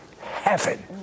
Heaven